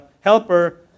helper